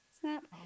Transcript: snap